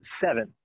seven